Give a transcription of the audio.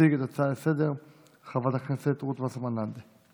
תציג את ההצעה לסדר-היום חברת הכנסת רות וסרמן לנדה.